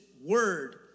word